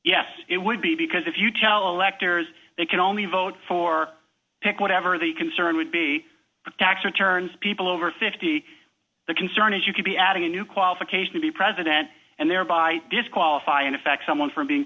yes it would be because if you tell actors they can only vote for pick whatever the concern would be tax returns people over fifty the concern is you could be adding a new qualification to be president and thereby disqualify in effect someone from being